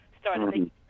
started